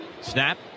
Snap